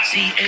See